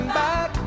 back